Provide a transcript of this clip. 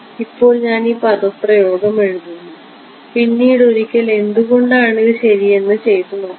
ഇപ്പോൾ ഞാൻ ഈ പദപ്രയോഗം എഴുതുന്നു നമുക്കിത് പിന്നീടൊരിക്കൽ എന്തുകൊണ്ടാണിത് ശരിയെന്ന് ചെയ്തു നോക്കാം